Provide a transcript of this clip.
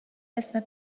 اسم